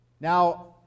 Now